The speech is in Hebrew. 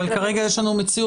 אבל כרגע יש לנו מציאות.